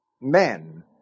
men